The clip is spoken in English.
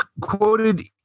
quoted